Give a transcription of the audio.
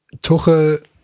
Tuchel